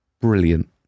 brilliant